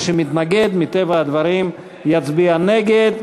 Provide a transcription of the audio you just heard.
מי שמתנגד מטבע הדברים יצביע נגד.